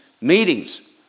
meetings